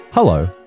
Hello